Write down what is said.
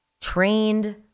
trained